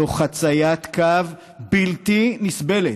זו חציית קו בלתי נסבלת.